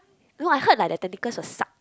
no I heard like that tactical is a suck